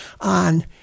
on